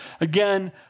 Again